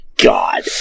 god